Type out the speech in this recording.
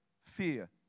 fear